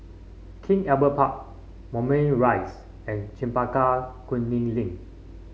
King Albert Park Moulmein Rise and Chempaka Kuning Link